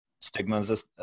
stigmas